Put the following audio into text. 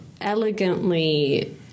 elegantly